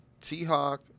T-Hawk